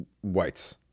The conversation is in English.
whites